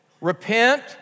repent